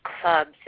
clubs